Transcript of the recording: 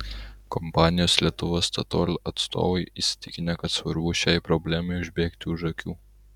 kompanijos lietuva statoil atstovai įsitikinę kad svarbu šiai problemai užbėgti už akių